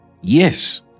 Yes